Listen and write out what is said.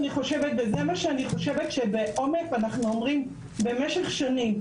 אנחנו אומרים במשך שנים,